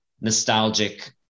nostalgic